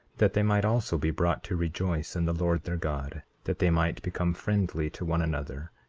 that they might also be brought to rejoice in the lord their god, that they might become friendly to one another,